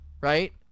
Right